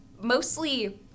mostly